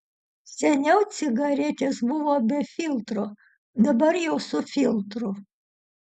seniau cigaretės buvo be filtro dabar jau su filtru